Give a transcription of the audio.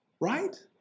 Right